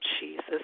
Jesus